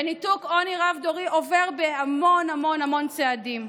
ניתוק עוני רב-דורי עובר בהמון המון המון צעדים.